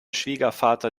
schwiegervater